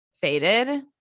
faded